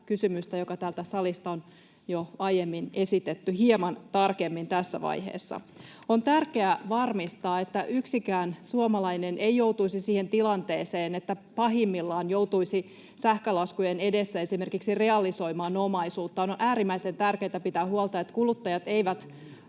kysymystä, joka täältä salista on jo aiemmin esitetty, hieman tarkemmin tässä vaiheessa? On tärkeää varmistaa, että yksikään suomalainen ei joutuisi siihen tilanteeseen, että pahimmillaan joutuisi sähkölaskujen edessä esimerkiksi realisoimaan omaisuuttaan, ja on äärimmäisen tärkeätä pitää huolta, että kuluttajat eivät